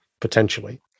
potentially